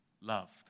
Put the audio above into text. loved